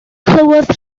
clywodd